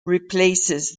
replaces